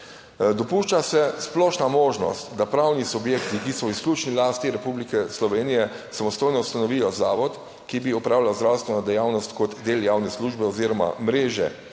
Dopušča se splošna možnost, da pravni subjekti, ki so v izključni lasti Republike Slovenije, samostojno ustanovijo zavod, ki bi opravljal zdravstveno dejavnost kot del javne službe oziroma mreže,